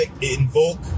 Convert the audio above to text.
invoke